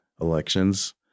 elections